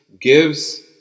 gives